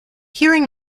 hearing